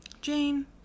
Jane